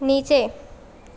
નીચે